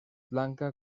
blanca